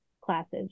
classes